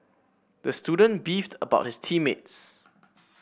the student beefed about his team mates